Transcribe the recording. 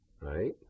right